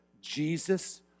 Jesus